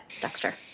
Dexter